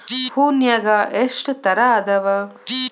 ಹೂನ್ಯಾಗ ಎಷ್ಟ ತರಾ ಅದಾವ್?